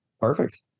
Perfect